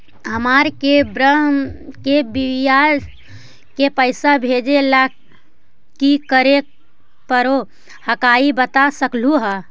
हमार के बह्र के बियाह के पैसा भेजे ला की करे परो हकाई बता सकलुहा?